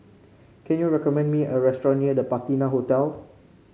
can you recommend me a restaurant near The Patina Hotel